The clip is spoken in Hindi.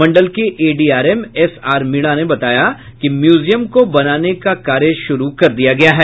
मंडल के एडीआरएम एसआर मीणा ने बताया कि म्यूजियम को बनाने का कार्य शुरू कर दिया गया है